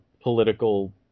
political